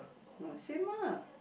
ah same ah